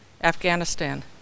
Afghanistan